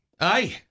Aye